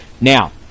Now